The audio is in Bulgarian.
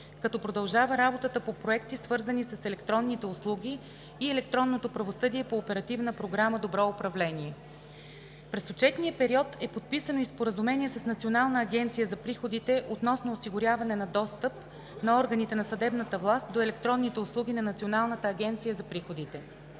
като продължава работата по проекти, свързани с електронните услуги и електронното правосъдие по Оперативна програма „Добро управление“. През отчетния период е подписано и споразумение с Националната агенция за приходите относно осигуряване на достъп на органите на съдебната власт до електронните услуги на Националната агенция за приходите.